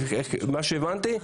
לפי מה שהבנתי,